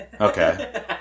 Okay